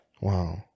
Wow